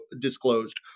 disclosed